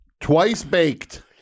twice-baked